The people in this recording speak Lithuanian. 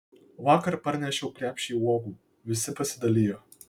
vakar parnešiau krepšį uogų visi pasidalijo